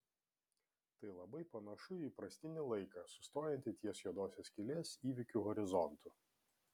tai labai panašu į įprastinį laiką sustojantį ties juodosios skylės įvykių horizontu